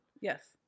Yes